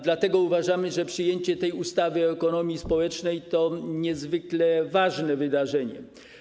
Dlatego uważamy, że przyjęcie ustawy o ekonomii społecznej to niezwykle ważne wydarzenie.